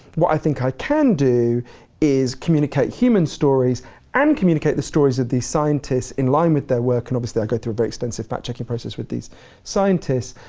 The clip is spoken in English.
what i think i can do is communicate human stories and communicate the stories of these scientists in line with their work, and obviously, i go through a very extensive fact checking process with these scientists,